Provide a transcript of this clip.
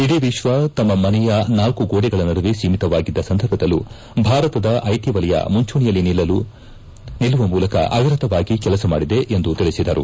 ಇಡೀ ವಿಶ್ವ ತಮ್ಮ ಮನೆಯ ನಾಲ್ಕು ಗೋಡೆಗಳ ನಡುವೆ ಸೀಮಿತವಾಗಿದ್ದ ಸಂದರ್ಭದಲ್ಲೂ ಭಾರತದ ಐಟಿ ವಲಯ ಮುಂಚೂಣಿಯಲ್ಲಿ ನಿಲ್ಲುವ ಮೂಲಕ ಅವಿರತವಾಗಿ ಕೆಲಸ ಮಾಡಿದೆ ಎಂದು ತಿಳಿಸಿದರು